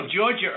Georgia